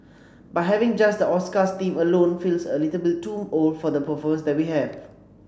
but having just the Oscars theme alone feels a little bit too old for the performers that we have